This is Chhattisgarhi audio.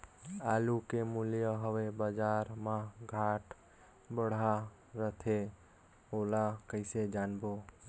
आलू के मूल्य हवे बजार मा घाट बढ़ा रथे ओला कइसे जानबो?